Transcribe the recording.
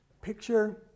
picture